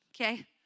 Okay